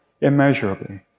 immeasurably